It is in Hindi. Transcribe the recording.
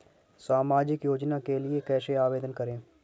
सामाजिक योजना के लिए कैसे आवेदन करें?